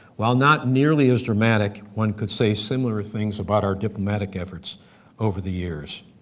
while not nearly as dramatic, one could say similar things about our diplomatic efforts over the years.